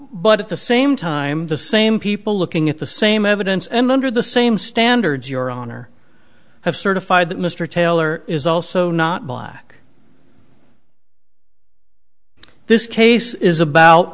but at the same time the same people looking at the same evidence and under the same standards your honor have certified that mr taylor is also not black this case is about